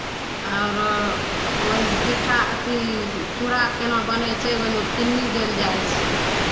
औरो ओहिमे पिट्ठा अथि चूड़ाके केना बनै छै ओहिमे चीनी देल जाइ छै